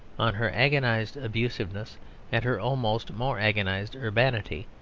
on her agonised abusiveness and her almost more agonised urbanity,